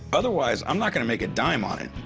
otherwise, i'm not going to make a dime on it.